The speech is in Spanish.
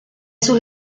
sus